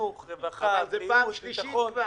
אבל זו כבר פעם שלישית.